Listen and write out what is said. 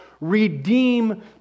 Redeem